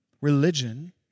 Religion